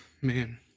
man